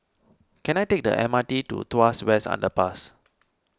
can I take the M R T to Tuas West Underpass